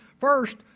first